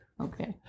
Okay